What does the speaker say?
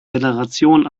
generation